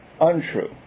untrue